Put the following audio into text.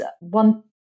one